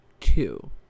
two